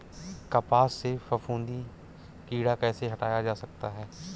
कपास से फफूंदी कीड़ा कैसे हटाया जा सकता है?